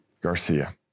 Garcia